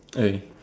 okay